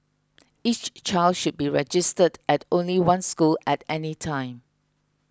each child should be registered at only one school at any time